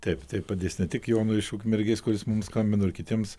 taip tai padės ne tik jonui iš ukmergės kuris mums skambino ir kitiems